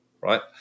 Right